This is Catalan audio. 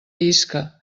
isca